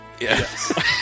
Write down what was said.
Yes